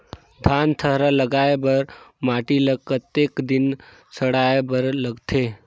धान थरहा लगाय बर माटी ल कतेक दिन सड़ाय बर लगथे?